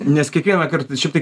nes kiekvienąkart čia taip